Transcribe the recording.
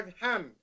hand